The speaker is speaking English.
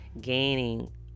gaining